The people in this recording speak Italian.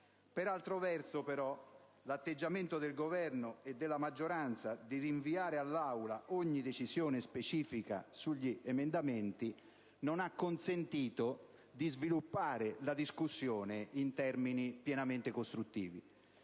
dall'altro, però, l'atteggiamento del Governo e della maggioranza, orientata a rinviare all'Aula ogni decisione specifica sugli emendamenti, non ha consentito di sviluppare la discussione in termini pienamente costruttivi.